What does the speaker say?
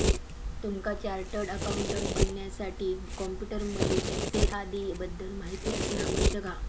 तुमका chartered accountant बनण्यासाठी computer मधील एक्सेल आदीं बद्दल माहिती असना आवश्यक हा